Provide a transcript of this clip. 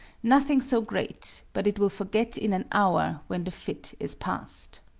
nothing so great but it will forget in an hour when the fit is past.